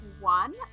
one